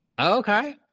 Okay